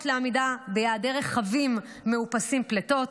לעמידה ביעדי רכבים מאופסי פליטות.